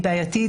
היא בעייתית.